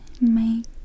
make